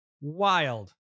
wild